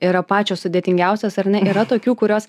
yra pačios sudėtingiausios ar ne yra tokių kurios